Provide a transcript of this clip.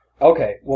Okay